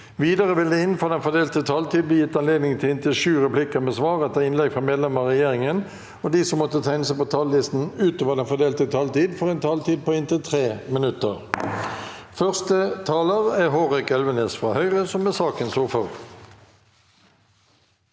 Videre vil det – innenfor den fordelte taletid – bli gitt anledning til inntil sju replikker med svar etter innlegg fra medlemmer av regjeringen, og de som måtte tegne seg på talerlisten utover den fordelte taletid, får også en taletid på inntil 3 minutter. Hårek Elvenes (H) (ordfører for